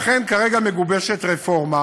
לכן, כרגע מתגבשת רפורמה